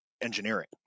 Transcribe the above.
engineering